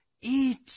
Eat